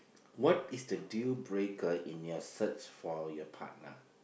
what is the deal breaker in your search for your partner